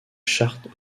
charts